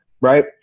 right